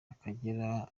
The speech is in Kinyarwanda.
akagera